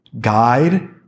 guide